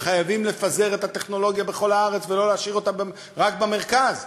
וחייבים לפזר את הטכנולוגיה בכל הארץ ולא להשאיר אותה רק במרכז.